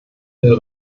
der